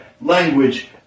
language